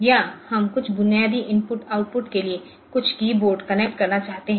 या हम कुछ बुनियादी इनपुट आउटपुट के लिए कुछ कीयबोर्ड कनेक्ट करना चाहते हैं